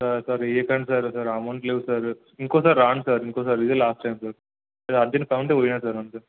sir sir వెయ్యకండి sir sir amount లేదు sir ఇంకోసారి రాను సార్ ఇంకోసారి ఇదే లాస్ట్ టైం సార్ అర్జెంట్ పనుంటే పోయినా సార్ అంతే